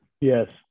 yes